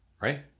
right